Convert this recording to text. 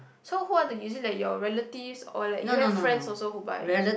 so who are the use it like your like relative or like you have friend also who buy